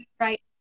right